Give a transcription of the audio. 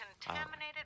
contaminated